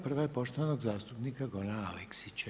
Prva je poštovanog zastupnika Gorana Aleksića.